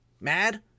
mad